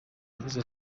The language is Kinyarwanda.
yagize